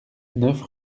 neuf